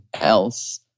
else